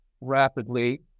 rapidly